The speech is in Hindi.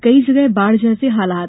कई जगह बाढ़ जैसे हालात